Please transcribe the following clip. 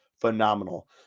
phenomenal